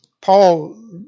Paul